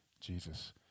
Jesus